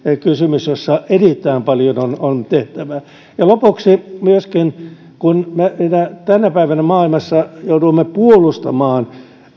kysymys jossa erittäin paljon on tehtävää ja lopuksi myöskin kun me tänä päivänä maailmassa joudumme puolustamaan